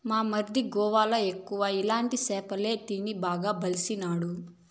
మా మరిది గోవాల ఎక్కువ ఇలాంటి సేపలే తిని బాగా బలిసినాడు